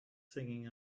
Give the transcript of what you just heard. singing